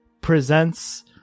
presents